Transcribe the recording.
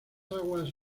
aguas